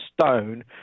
stone